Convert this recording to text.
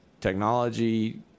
technology